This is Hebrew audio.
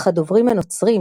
אך הדוברים הנוצרים,